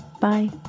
Bye